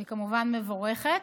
והיא כמובן מבורכת.